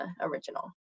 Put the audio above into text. original